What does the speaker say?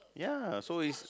ya so it's